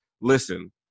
Listen